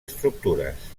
estructures